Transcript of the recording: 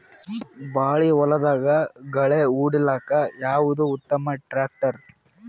ಬಾಳಿ ಹೊಲದಾಗ ಗಳ್ಯಾ ಹೊಡಿಲಾಕ್ಕ ಯಾವದ ಉತ್ತಮ ಟ್ಯಾಕ್ಟರ್?